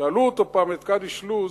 שאלו אותו פעם, את קדיש לוז,